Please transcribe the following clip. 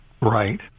Right